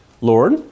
Lord